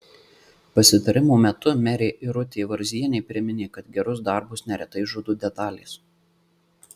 pasitarimo metu merė irutė varzienė priminė kad gerus darbus neretai žudo detalės